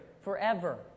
forever